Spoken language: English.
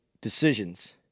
decisions